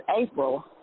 April